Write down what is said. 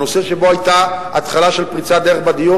נושא שבו היתה התחלה של פריצת דרך בדיור,